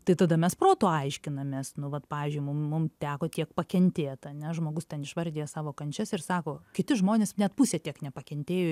tai tada mes protu aiškinamės nu vat pavyzdžiui mum mum teko tiek pakentėt ane žmogus ten išvardija savo kančias ir sako kiti žmonės net pusė tiek nepakentėjo